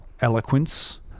eloquence